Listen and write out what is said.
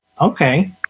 Okay